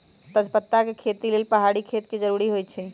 तजपत्ता के खेती लेल पहाड़ी खेत के जरूरी होइ छै